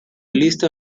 lista